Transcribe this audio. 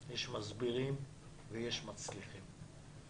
יש מסבירים ויש מצליחים.